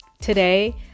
Today